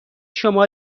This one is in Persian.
شما